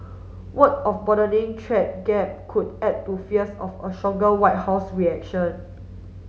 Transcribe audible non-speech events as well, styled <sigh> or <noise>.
word of a broadening <unintelligible> gap could add to fears of a stronger White House reaction